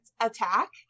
attack